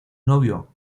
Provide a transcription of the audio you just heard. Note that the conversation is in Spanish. novio